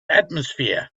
atmosphere